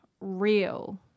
real